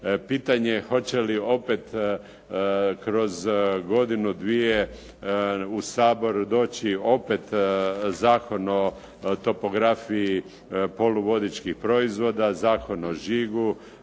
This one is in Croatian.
pitanje hoće li opet kroz godinu, dvije u Sabor doći opet Zakon o topografiji poluvodičkih proizvoda, Zakon o žigu,